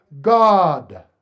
God